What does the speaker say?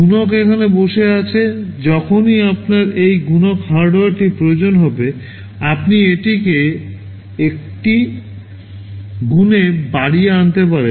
গুণক এখানে বসে আছে যখনই আপনার এই গুণক হার্ডওয়্যারটির প্রয়োজন হয় আপনি এটিকে একটি গুণে বাড়িয়ে আনতে পারেন